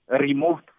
removed